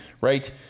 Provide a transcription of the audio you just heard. right